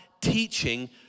teaching